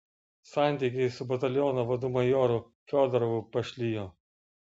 santykiai su bataliono vadu majoru fiodorovu pašlijo